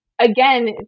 again